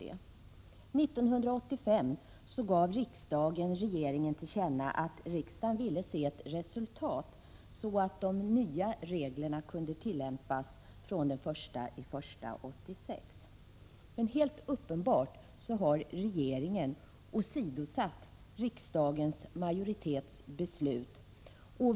1985 gav riksdagen regeringen till känna att man ville se ett resultat, så att de nya reglerna kunde tillämpas från den 1 januari 1986. Men helt uppenbart har regeringen åsidosatt riksdagens majoritets beslut.